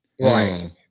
right